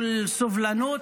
של סובלות,